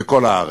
אחד בכל הארץ.